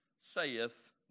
saith